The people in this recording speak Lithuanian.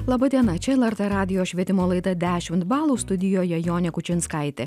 laba diena čia lrt radijo švietimo laida dešimt balų studijoje jonė kučinskaitė